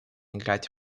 играть